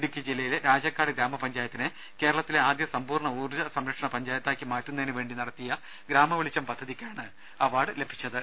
ഇടുക്കി ജില്ലയിലെ രാജാക്കാട് ഗ്രാമപഞ്ചായത്തിനെ കേരളത്തിലെ ആദ്യ സമ്പൂർണ്ണ ഊർജ്ജ സംരക്ഷണ പഞ്ചായത്താക്കി മാറ്റുന്നതിന് വേണ്ടി നടത്തിയ ഗ്രാമ വെളിച്ചം പദ്ധതിക്കാണ് അവാർഡ് ലഭിച്ചത്